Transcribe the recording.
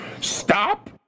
Stop